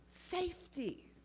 Safety